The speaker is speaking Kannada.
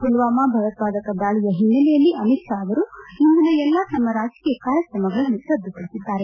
ಪುಲ್ವಾಮಾ ಭಯೋತ್ಪಾದಕ ದಾಳಿಯ ಓನ್ನೆಲೆಯಲ್ಲಿ ಅಮಿತ್ ಷಾ ಅವರು ಇಂದಿನ ತಮ್ಮ ಎಲ್ಲ ರಾಜಕೀಯ ಕಾರ್ಯಕ್ರಮಗಳನ್ನು ರದ್ದು ಪಡಿಸಿದ್ದಾರೆ